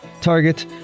target